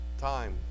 Time